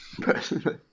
Personally